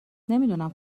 نمیدونم